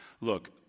look